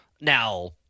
Now